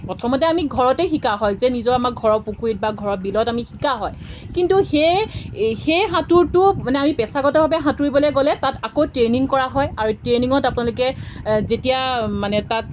প্ৰথমতে আমি ঘৰতে শিকা হয় যে নিজৰ আমাৰ ঘৰৰ পুখুৰীত বা ঘৰৰ বিলত আমি শিকা হয় কিন্তু সেয়ে সেই সাঁতোৰটো মানে আমি পেছাগতভাৱে সাঁতুৰিবলৈ গ'লে তাত আকৌ ট্ৰেইনিং কৰা হয় আৰু ট্ৰেইনিঙত আপোনালোকে যেতিয়া মানে তাত